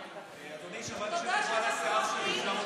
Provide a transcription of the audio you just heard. אדוני, שמעתי שדיברו על השיער שלי.